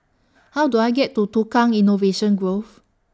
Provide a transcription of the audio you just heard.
How Do I get to Tukang Innovation Grove